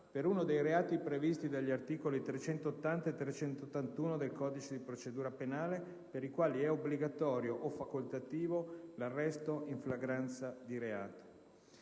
per uno dei reati previsti dagli articoli 380 e 381 del codice di procedura penale, per i quali è obbligatorio o facoltativo l'arresto in flagranza di reato.